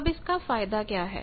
अब इसका फायदा क्या है